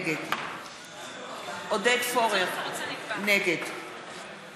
נגד עודד פורר, נגד